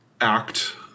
act